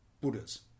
buddhas